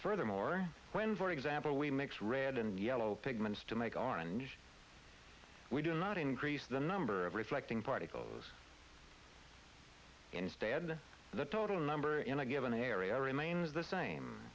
furthermore when for example we mix red and yellow pigments to make our and we do not increase the number of reflecting particles instead the total number in a given area remains the same